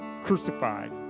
crucified